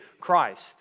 Christ